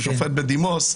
הוא שופט בדימוס,